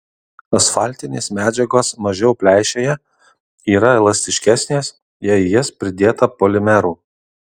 asfaltinės medžiagos mažiau pleišėja yra elastiškesnės jei į jas pridėta polimerų